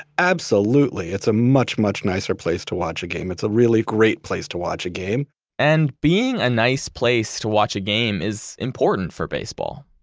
absolutely, it's a much, much nicer place to watch a game. it's a really great place to watch a game and being a nice place to watch a game is important for baseball.